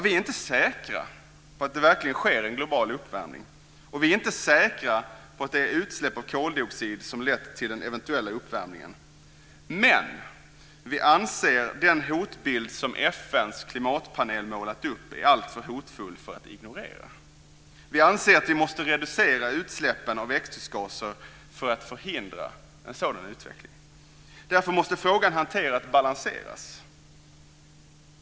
Vi är inte säkra på att det verkligen sker en global uppvärmning, och vi är inte säkra på att det är utsläpp av koldioxid som har lett till den eventuella uppvärmningen. Men vi anser att den hotbild som FN:s klimatpanel har målat upp är alltför hotfull för att ignorera. Vi anser att vi måste reducera utsläppen av växthusgaser för att förhindra en sådan utveckling. Därför måste frågan hanteras balanserat.